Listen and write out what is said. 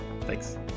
Thanks